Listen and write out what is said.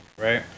right